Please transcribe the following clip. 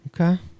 Okay